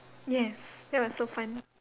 yes that was so fun